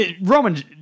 Roman